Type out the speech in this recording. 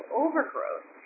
overgrowth